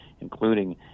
including